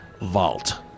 vault